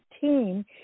team